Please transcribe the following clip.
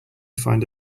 find